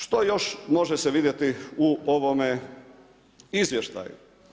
Što još može se vidjeti u ovome izvještaju?